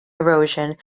erosion